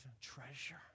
treasure